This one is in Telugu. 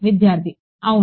విద్యార్థి అవును